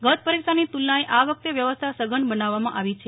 ગત પરીક્ષાની તુલનાએ આ વખતે વ્યવસ્થા સઘન બનાવવામા આવી છે